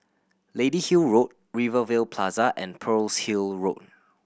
Lady Hill Road Rivervale Plaza and Pearl's Hill Road